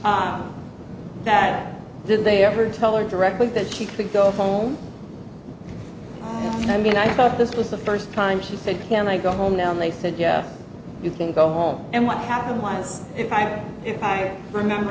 before that did they ever tell her directly that she could go home i mean i thought this was the first time she said can i go home now and they said yeah you think go home and what happened was if i had if i remember